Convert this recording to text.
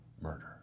murder